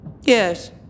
Yes